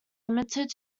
limited